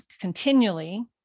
continually